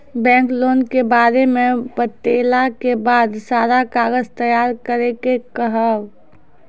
Bank loan के बारे मे बतेला के बाद सारा कागज तैयार करे के कहब?